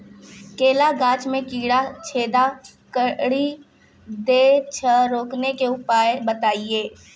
केला गाछ मे कीड़ा छेदा कड़ी दे छ रोकने के उपाय बताइए?